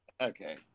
Okay